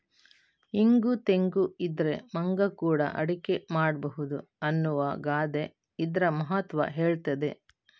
ಇಂಗು ತೆಂಗು ಇದ್ರೆ ಮಂಗ ಕೂಡಾ ಅಡಿಗೆ ಮಾಡ್ಬಹುದು ಅನ್ನುವ ಗಾದೆ ಇದ್ರ ಮಹತ್ವ ಹೇಳ್ತದೆ